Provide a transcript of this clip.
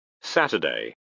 Saturday